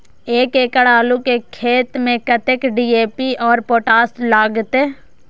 एक एकड़ आलू के खेत में कतेक डी.ए.पी और पोटाश लागते?